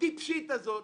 הטיפשית הזו,